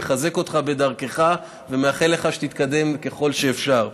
מחזק אותך בדרכך ומאחל לך שתתקדם ככל שאפשר.